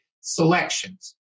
selections